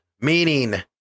meaning